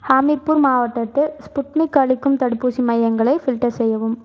ஹமிர்பூர் மாவட்டத்து ஸ்புட்னிக் அளிக்கும் தடுப்பூசி மையங்களை ஃபில்டர் செய்யவும்